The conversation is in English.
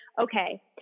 okay